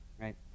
right